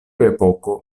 epoko